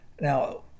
now